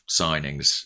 signings